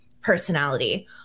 personality